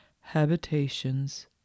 habitations